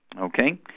Okay